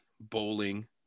bowling